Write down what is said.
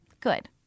Good